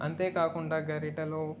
అంతే కాకుండా గరిటెలో